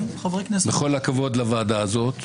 בכל הכבוד לוועדה הזאת.